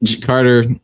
Carter